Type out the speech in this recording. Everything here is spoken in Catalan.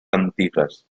antigues